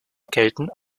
gelten